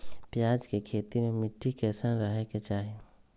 प्याज के खेती मे मिट्टी कैसन रहे के चाही?